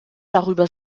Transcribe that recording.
darüber